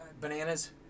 bananas